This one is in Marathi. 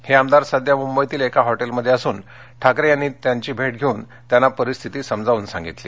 हे आमदार सध्या मुंबईतील एका हॉटेलमध्ये असून ठाकरे यांनी त्यांची भेट घेऊन त्यांना परिस्थिती समजावून सांगितली